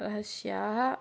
Russia